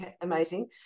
amazing